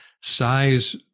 size